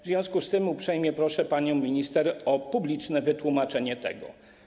W związku z tym uprzejmie proszę panią minister o publiczne wytłumaczenie tego.